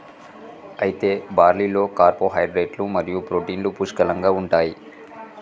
అయితే బార్లీలో కార్పోహైడ్రేట్లు మరియు ప్రోటీన్లు పుష్కలంగా ఉంటాయి